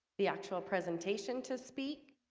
the actual presentation to speak